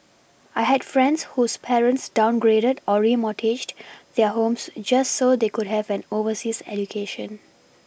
I had friends whose parents downgraded or remortgaged their homes just so they could have an overseas education